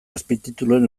azpitituluen